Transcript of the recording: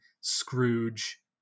Scrooge